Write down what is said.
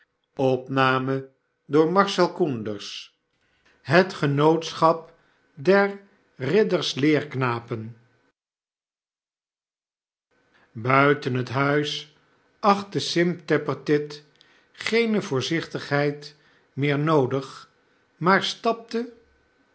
hex genootschap der ridders leerknapen buiten het huis achtte sim tappertit geene voorzichtigheid meer noodig maar stapte